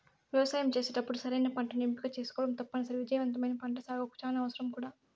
వ్యవసాయం చేసేటప్పుడు సరైన పంటను ఎంపిక చేసుకోవటం తప్పనిసరి, విజయవంతమైన పంటసాగుకు చానా అవసరం కూడా